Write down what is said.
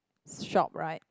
shop right